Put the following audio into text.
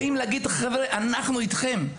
באים להגיד, אנחנו אתכם,